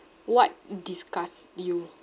what disgusts you